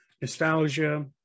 Nostalgia